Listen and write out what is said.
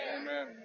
Amen